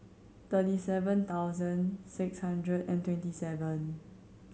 thirty seven thousand six hundred and twenty seven